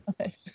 Okay